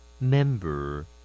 member